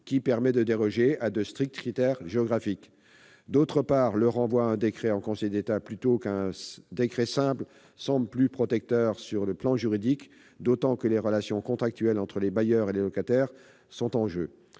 qui permet de déroger à de stricts critères géographiques. D'autre part, le renvoi à un décret en Conseil d'État plutôt qu'à un décret simple semble plus protecteur sur le plan juridique, d'autant que les relations contractuelles entre les bailleurs et les locataires sont en jeu.